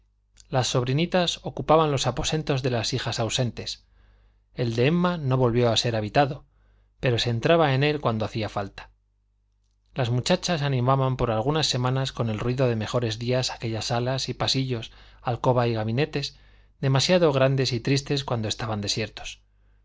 las sobrinitas ocupaban los aposentos de las hijas ausentes el de emma no volvió a ser habitado pero se entraba en él cuando hacía falta las muchachas animaban por algunas semanas con el ruido de mejores días aquellas salas y pasillos alcobas y gabinetes demasiado grandes y tristes cuando estaban desiertos